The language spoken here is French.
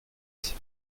huit